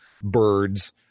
birds